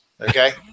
Okay